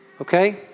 Okay